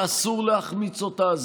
הזדמנות שאסור להחמיץ אותה.